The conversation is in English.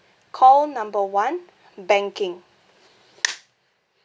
call number one banking